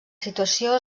situació